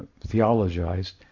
theologized